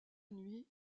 nuit